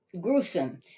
gruesome